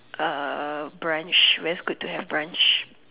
uh brunch where's good to have brunch